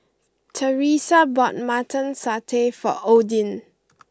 Teresa bought Mutton Satay for Odin